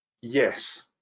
yes